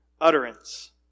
utterance